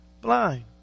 blind